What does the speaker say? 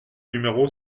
numéro